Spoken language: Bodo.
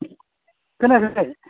खोनायाखै